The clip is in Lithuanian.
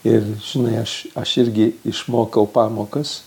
ir žinai aš aš irgi išmokau pamokas